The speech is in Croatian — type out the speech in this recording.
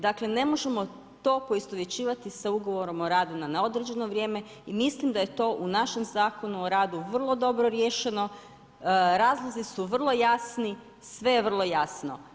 Dakle ne možemo to poistovjećivati sa ugovorom o radu na neodređeno vrijeme i mislim da je to u našem Zakonu o radu vrlo dobro riješeno, razlozi su vrlo jasni, sve je vrlo jasno.